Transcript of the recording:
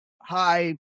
high